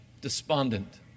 despondent